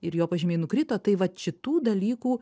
ir jo pažymiai nukrito tai vat šitų dalykų